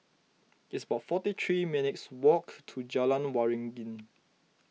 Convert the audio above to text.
it's about forty three minutes' walk to Jalan Waringin